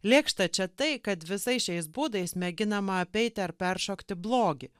lėkšta čia tai kad visais šiais būdais mėginama apeiti ar peršokti blogį